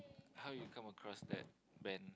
how you come across that Ben